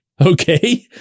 okay